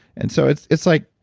and so it's it's like